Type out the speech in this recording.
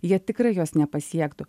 jie tikrai jos nepasiektų